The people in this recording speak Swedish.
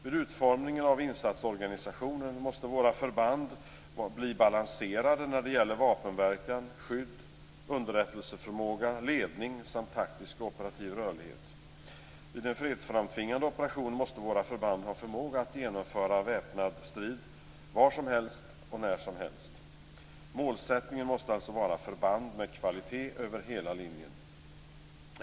Vid utformningen av insatsorganisationen måste våra förband bli balanserade när det gäller vapenverkan, skydd, underrättelseförmåga, ledning samt taktisk och operativ rörlighet. Vid en fredsframtvingande operation måste våra förband ha förmåga att genomföra väpnad strid var som helst och när som helst. Målsättningen måste vara förband med kvalitet över hela linjen.